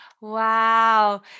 Wow